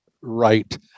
right